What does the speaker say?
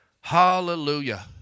Hallelujah